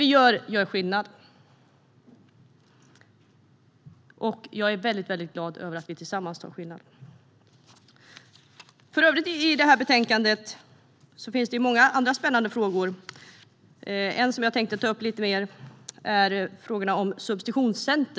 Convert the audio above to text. Vi gör alltså skillnad, och jag är väldigt glad över att vi gör det tillsammans. Det finns många andra spännande frågor i det här betänkandet. En som jag tänkte ta upp lite mer är den om ett substitutionscentrum.